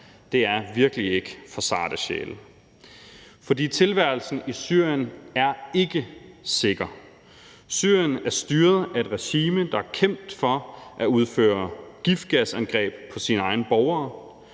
Det er virkelig ikke for sarte sjæle. For tilværelsen i Syrien er ikke sikker. Syrien er styret af et regime, der er kendt for at udføre giftgasangreb på sine egne borgere.